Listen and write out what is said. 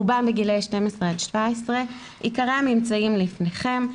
רובם בגילאי 12-17. עיקרי הממצאים לפניכם.